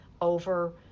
over